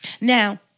Now